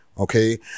Okay